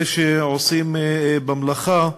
אלה שעושים במלאכה.